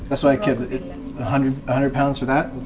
that's why i kept a hundred hundred pounds for that.